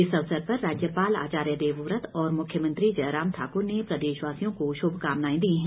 इस अवसर पर राज्यपाल आचार्य देवव्रत और मुख्यमंत्री जयराम ठाकुर ने प्रदेशवासियों को शुभकामनाएं दी है